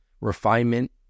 refinement